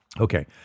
Okay